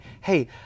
Hey